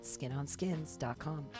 SkinOnSkins.com